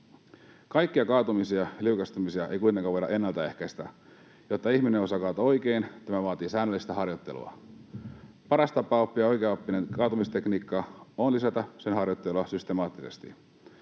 Kaikkia kaatumisia ja liukastumisia ei kuitenkaan voida ennaltaehkäistä. Jotta ihminen osaa kaatua oikein, tämä vaatii säännöllistä harjoittelua. Paras tapa oppia oikeaoppinen kaatumistekniikka on lisätä sen harjoittelua systemaattisesti.